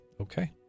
okay